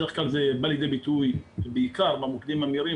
בדרך כלל זה בא לידי ביטוי בעיקר במוקדים המהירים,